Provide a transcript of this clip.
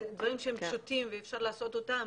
זה דברים שהם פשוטים ואפשר לעשות אותם.